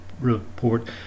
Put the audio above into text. report